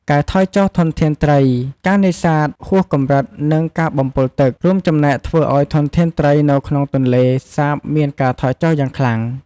ការថយចុះធនធានត្រី ការនេសាទហួសកម្រិត និង ការបំពុលទឹក រួមចំណែកធ្វើឱ្យធនធានត្រីនៅក្នុងទន្លេសាបមានការថយចុះយ៉ាងខ្លាំង។